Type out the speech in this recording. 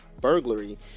burglary